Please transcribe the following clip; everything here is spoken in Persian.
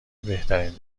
بهترین